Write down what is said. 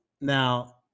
now